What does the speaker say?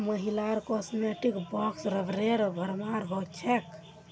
महिलार कॉस्मेटिक्स बॉक्सत रबरेर भरमार हो छेक